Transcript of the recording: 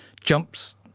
jumps